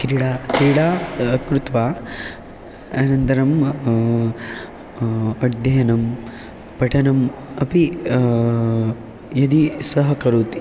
क्रीडा क्रीडा कृत्वा अनन्तरम् अद्ययनं पठनम् अपि यदि सह करोति